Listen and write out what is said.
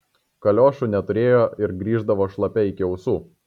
kaliošų neturėjo ir grįždavo šlapia iki ausų